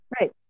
Right